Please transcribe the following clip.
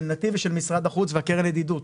של נתיב ושל משרד החוץ והקרן לידידות,